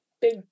big